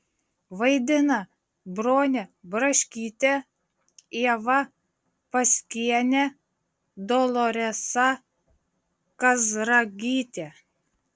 vaidina bronė braškytė ieva paskienė doloresa kazragytė